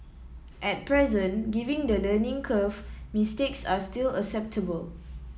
at present given the learning curve mistakes are still acceptable